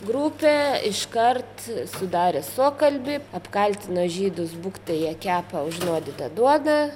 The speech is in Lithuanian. grupė iškart sudarė suokalbį apkaltino žydus būk tai jie kepa užnuodytą duoną